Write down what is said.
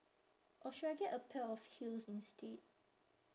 or should I get a pair of heels instead